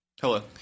hello